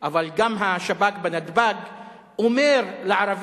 אבל אני חושב שהנושא הזה ראוי שיעבור